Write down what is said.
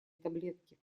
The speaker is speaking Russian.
таблетки